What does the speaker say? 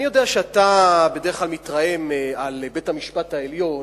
אני יודע שאתה בדרך כלל מתרעם על בית-המשפט העליון